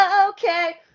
okay